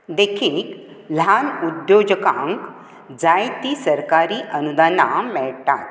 देखीक ल्हान उद्योजकांक जायतीं सरकारी अनुदानां मेळटात